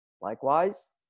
Likewise